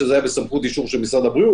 כשזה היה בסמכות אישור של משרד הבריאות.